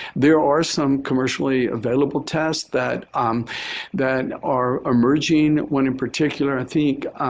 there are some commercially available tests that that are emerging. one in particular, i think,